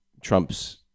Trump's